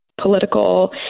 political